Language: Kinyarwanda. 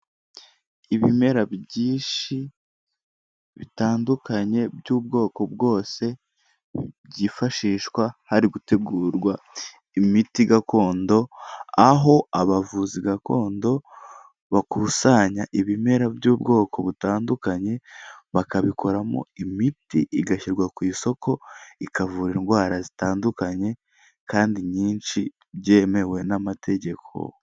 Ibimera byinshi, bitandukanye by'ubwoko bwose, byifashishwa hari gutegurwa imiti gakondo aho abavuzi gakondo, bakusanya ibimera by'ubwoko butandukanye, bakabikoramo imiti igashyirwa ku isoko ikavura indwara zitandukanye kandi nyinshi byemewe n'amategeko.